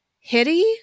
Hitty